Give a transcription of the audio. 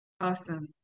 Awesome